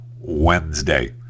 Wednesday